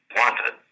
wanted